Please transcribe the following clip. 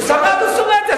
הוא שרד, הוא שורד.